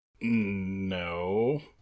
No